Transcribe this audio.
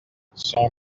son